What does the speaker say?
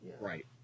Right